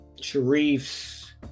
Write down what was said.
Sharif's